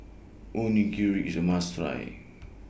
Onigiri IS A must Try